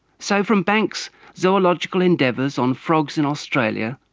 so from banks' zoological endeavours on frogs in australia,